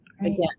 Again